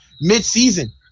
mid-season